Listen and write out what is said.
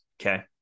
Okay